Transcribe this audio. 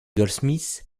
goldsmith